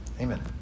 Amen